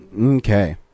Okay